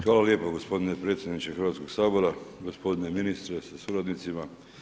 Hvala lijepa gospodine predsjedniče Hrvatskog sabora, gospodine ministre sa suradnicima.